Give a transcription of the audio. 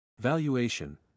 Valuation